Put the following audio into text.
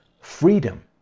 Freedom